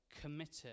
committed